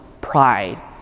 pride